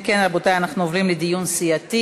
אם כן, רבותי, אנחנו עוברים לדיון סיעתי.